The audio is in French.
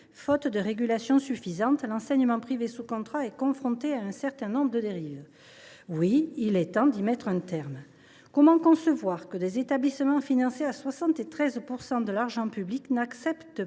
faute de régulation suffisante, l’enseignement privé sous contrat est confronté à un certain nombre de dérives. Oui, il est temps d’y mettre un terme. Comment concevoir que des établissements financés à hauteur de 73 % par de l’argent public n’acceptent